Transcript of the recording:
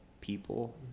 people